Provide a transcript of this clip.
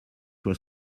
was